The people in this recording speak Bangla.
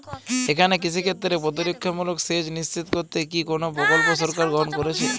এখানে কৃষিক্ষেত্রে প্রতিরক্ষামূলক সেচ নিশ্চিত করতে কি কোনো প্রকল্প সরকার গ্রহন করেছে?